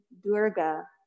Durga